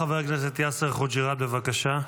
חבר הכנסת יאסר חוג'יראת, בבקשה.